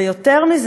ויותר מזה,